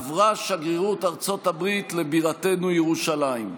עברה שגרירות ארצות הברית לבירתנו, ירושלים.